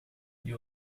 you